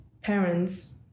parents